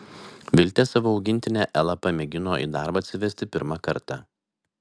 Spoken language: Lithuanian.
viltė savo augintinę elą pamėgino į darbą atsivesti pirmą kartą